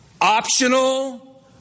optional